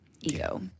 ego